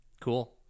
cool